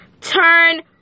Turn